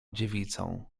dziewicą